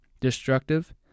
destructive